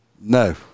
no